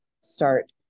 start